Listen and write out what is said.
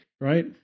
right